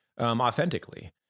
authentically